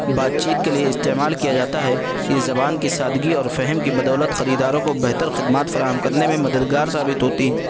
بات چیت کے لیے استعمال کیا جاتا ہے یہ زبان کی سادگی اور فہم کی بدولت خریداروں کو بہتر خدمات فراہم کرنے میں مددگار ثابت ہوتی ہے